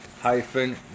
Hyphen